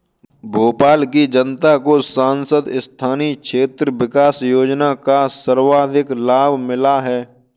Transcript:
भोपाल की जनता को सांसद स्थानीय क्षेत्र विकास योजना का सर्वाधिक लाभ मिला है